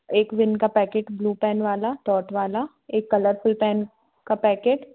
एक विन का पैकेट ब्लू पेन वाला डॉट वाला एक कलरफुल पेन का पैकेट